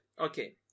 okay